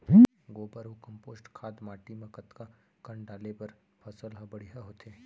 गोबर अऊ कम्पोस्ट खाद माटी म कतका कन डाले बर फसल ह बढ़िया होथे?